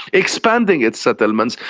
expanding its settlements,